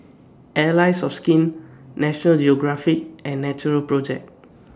Allies of Skin National Geographic and Natural Project